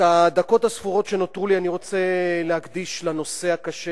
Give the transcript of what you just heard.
את הדקות הספורות שנותרו לי אני רוצה להקדיש לנושא הקשה